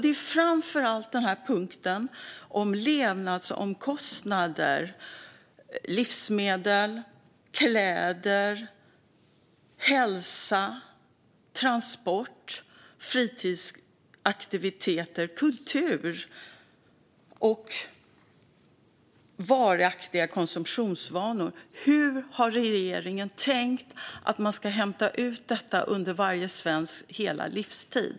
Det gäller framför allt punkten om levnadsomkostnader som livsmedel, kläder, hälsa, transport, fritidsaktiviteter, kultur och varaktiga konsumtionsvanor. Hur har regeringen tänkt att man ska hämta ut dessa uppgifter under varje svensks hela livstid?